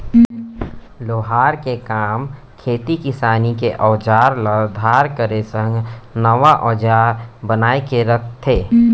लोहार के काम खेती किसानी के अउजार ल धार करे संग नवा अउजार बनाए के रथे